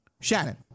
Shannon